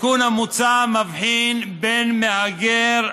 "התיקון המוצע מבחין בין מהגר,